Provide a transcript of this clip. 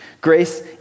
grace